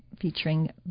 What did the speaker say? featuring